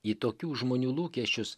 į tokių žmonių lūkesčius